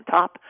top